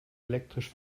elektrisch